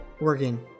working